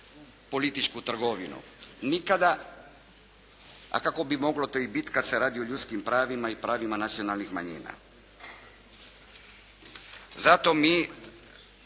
političku trgovinu nikada, a kako bi moglo to i biti kada se radi o ljudskim pravima i pravima nacionalnih manjina. Zato mi